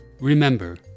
Remember